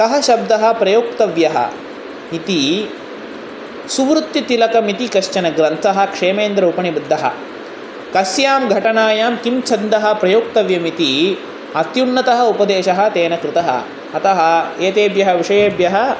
कः शब्दः प्रयोक्तव्यः इति सुहृत् तिलकमिति कश्चन ग्रन्थः क्षेमेन्द्र उपनिबद्धः तस्यां घटनायां किं छन्दः प्रयोक्तव्यमिति अत्युन्नतः उपदेशः तेन कृतः अतः एतेभ्यः विषयेभ्यः